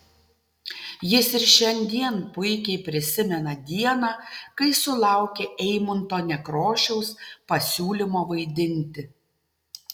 jis ir šiandien puikiai prisimena dieną kai sulaukė eimunto nekrošiaus pasiūlymo vaidinti